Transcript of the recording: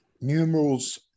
numerals